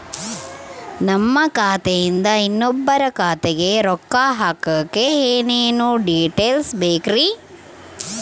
ನಮ್ಮ ಖಾತೆಯಿಂದ ಇನ್ನೊಬ್ಬರ ಖಾತೆಗೆ ರೊಕ್ಕ ಹಾಕಕ್ಕೆ ಏನೇನು ಡೇಟೇಲ್ಸ್ ಬೇಕರಿ?